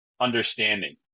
understanding